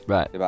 Right